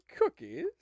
cookies